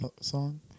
song